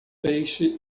peixe